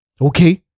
okay